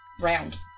round